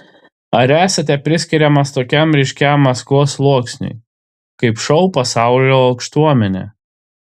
ar esate priskiriamas tokiam ryškiam maskvos sluoksniui kaip šou pasaulio aukštuomenė